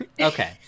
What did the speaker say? okay